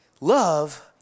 love